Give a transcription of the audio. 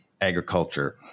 agriculture